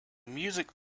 music